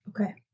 Okay